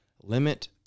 Limit